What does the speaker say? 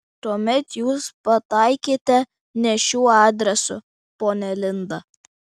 tuomet jūs pataikėte ne šiuo adresu ponia linda